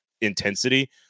intensity